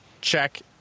Check